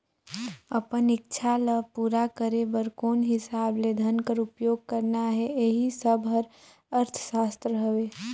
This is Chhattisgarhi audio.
अपन इक्छा ल पूरा करे बर कोन हिसाब ले धन कर उपयोग करना अहे एही सब हर अर्थसास्त्र हवे